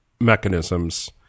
mechanisms